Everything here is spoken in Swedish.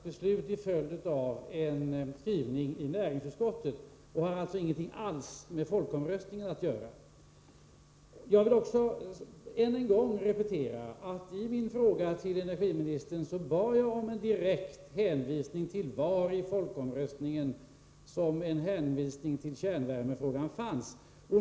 Herr talman! För att börja i den sista ändan: Det som Birgitta Dahl nu citerar är ett riksdagsbeslut till följd av en skrivning i näringsutskottet. Det har alltså ingenting alls med folkomröstningen att göra. Jag vill än en gång repetera att i min fråga till energiministern bad jag henne direkt peka på var i folkomröstningen det hade gjorts en hänvisning till kärnvärmefrågan.